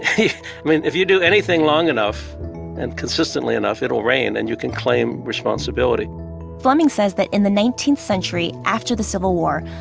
mean, if you do anything long enough and consistently enough, it'll rain, and you can claim responsibility fleming says that in the nineteenth century, after the civil war,